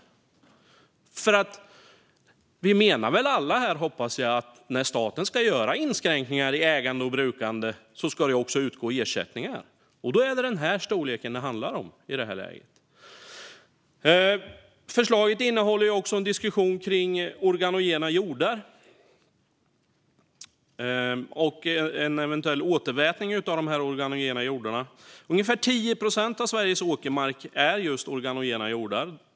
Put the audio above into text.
Jag hoppas att vi alla här menar att det ska utgå ersättningar när staten ska göra inskränkningar i ägande och brukande. Då är det den här storleken det handlar om i detta läge. Förslaget innehåller också en diskussion kring organogena jordar och en eventuell återvätning av dessa organogena jordar. Ungefär 10 procent av Sveriges åkermark är just organogen jord.